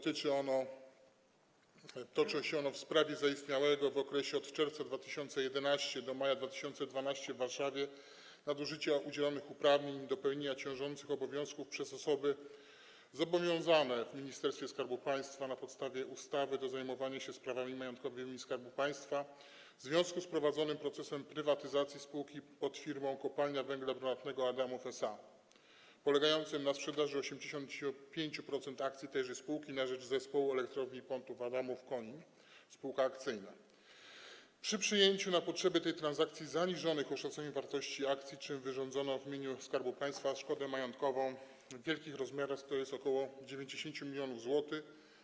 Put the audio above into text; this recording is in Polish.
Toczy się ono w sprawie zaistniałego w Warszawie w okresie od czerwca 2011 r. do maja 2012 r. nadużycia udzielanych uprawnień do pełnienia ciążących obowiązków przez osoby zobowiązane w Ministerstwie Skarbu Państwa, na podstawie ustawy, do zajmowania się sprawami majątkowymi Skarbu Państwa w związku z prowadzonym procesem prywatyzacji spółki pod firmą Kopalnia Węgla Brunatnego Adamów SA polegającym na sprzedaży 85% akcji tejże spółki na rzecz Zespołu Elektrowni Pątnów-Adamów-Konin, przy przyjęciu na potrzeby tej transakcji zaniżonych oszacowań wartości akcji, czym wyrządzono w imieniu Skarbu Państwa szkodę majątkową wielkich rozmiarów, tj. ok. 90 mln zł.